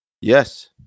Yes